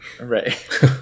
Right